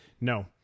No